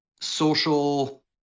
social